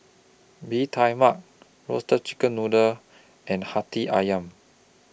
Bee Tai Mak Roasted Chicken Noodle and Hati Ayam